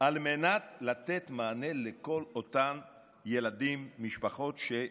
על מנת לתת מענה לכל אותם ילדים, משפחות, שהזכרתי.